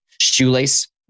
shoelace